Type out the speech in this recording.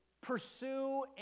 pursue